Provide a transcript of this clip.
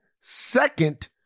second